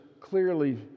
clearly